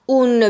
un